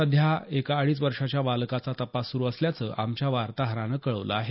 सध्या एका अडीच वर्षाच्या बालकाचा तपास सुरू असल्याचं आमच्या वार्ताहरानं कळवलं आहे